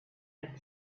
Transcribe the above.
had